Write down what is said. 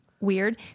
Weird